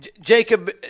Jacob